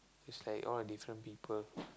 is like all the different people